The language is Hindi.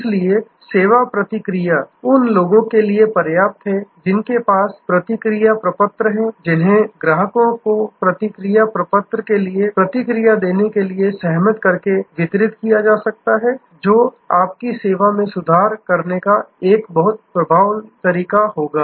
इसलिए सेवा प्रतिक्रिया उन लोगों के लिए पर्याप्त है जिनके पास प्रतिक्रिया प्रपत्र हैं जिन्हें ग्राहकों को प्रतिक्रिया प्रपत्र के लिए प्रतिक्रिया देने के लिए सहमत करके वितरित किया जा सकता है जो आपकी सेवा में सुधार करने का एक बहुत प्रभावी तरीका होगा